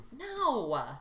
No